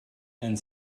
and